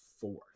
fourth